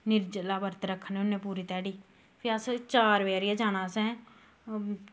निर्जला बर्त रक्खने होन्ने पूरा ध्याड़ी फ्ही अस चार बजें हारै जाना असैं